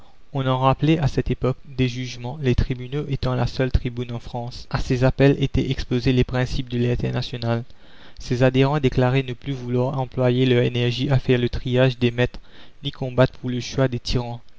on en rappelait à cette époque des jugements les tribunaux étant la seule tribune en france à ces appels étaient exposés les principes de l'internationale ses adhérents déclaraient ne plus vouloir employer leur énergie à faire le triage des maîtres ni combattre pour le choix des tyrans